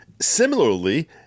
similarly